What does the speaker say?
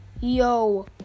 yo